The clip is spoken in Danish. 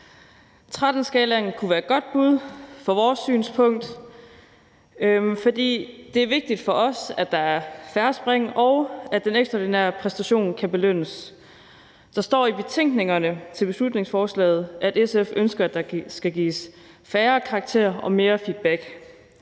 13-skalaen kunne være et godt bud fra vores synspunkt, for det er vigtigt for os, at der er færre spring, og at den ekstraordinære præstation kan belønnes. Der står i betænkningen over beslutningsforslaget, at SF ønsker, at der skal gives færre karakterer og mere feedback.